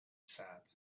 said